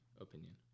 opinion